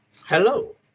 Hello